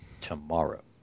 tomorrow